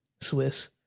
Swiss